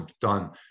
done